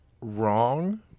wrong